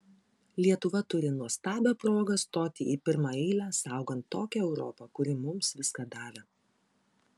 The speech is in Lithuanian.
lietuva turi nuostabią progą stoti į pirmą eilę saugant tokią europą kuri mums viską davė